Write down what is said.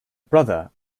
brother